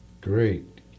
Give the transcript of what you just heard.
Great